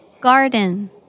Garden